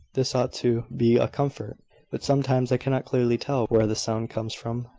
this ought to be a comfort but sometimes i cannot clearly tell where the sound comes from.